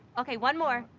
okay one more.